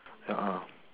a'ah